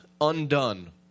undone